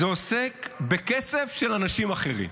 זה עוסק בכסף של אנשים אחרים.